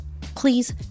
Please